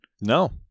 no